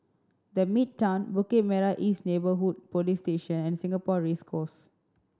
The Midtown Bukit Merah East Neighbourhood Police Station and Singapore Race Course